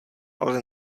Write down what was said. ale